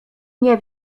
nie